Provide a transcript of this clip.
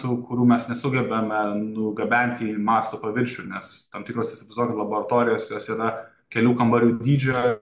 tų kurių mes nesugebame nugabenti į marso paviršių nes tam tikros įsivaizduokit laboratorijos jos yra kelių kambarių dydžio